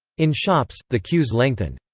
in shops, the queues lengthened.